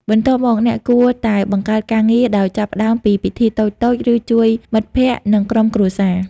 បន្ទាប់មក អ្នកគួរតែ បង្កើតការងារ ដោយចាប់ផ្តើមពីពិធីតូចៗ ឬជួយមិត្តភក្តិ និងក្រុមគ្រួសារ។